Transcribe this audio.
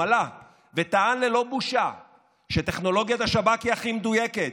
עלה וטען ללא בושה שטכנולוגית השב"כ היא הכי מדויקת,